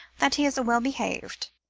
that he is a well-behaved,